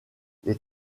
les